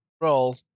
roll